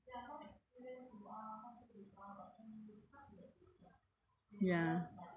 ya